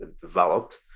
developed